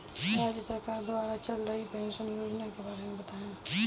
राज्य सरकार द्वारा चल रही पेंशन योजना के बारे में बताएँ?